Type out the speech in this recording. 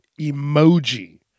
emoji